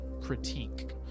critique